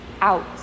out